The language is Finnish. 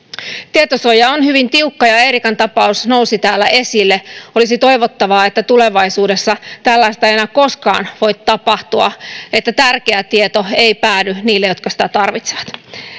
tietosuoja on hyvin tiukka ja ja eerikan tapaus nousi täällä esille olisi toivottavaa että tulevaisuudessa tällaista ei enää koskaan voi tapahtua että tärkeä tieto ei päädy niille jotka sitä tarvitsevat